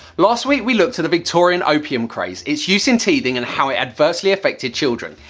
last week we looked at the victorian opium craze, its use in teething and how it adversely affected children.